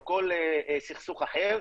או כל סכסוך אחרת,